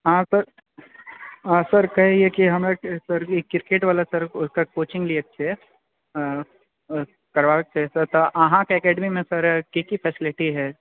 हँ सर हँ सर कहए है कि हमरा सर क्रिकेट वला सरके कोचिङ्ग लिएके छै करबाबैके छै तऽ अहाँकेँ एकडेमीमे सर की की फैसिलिटी है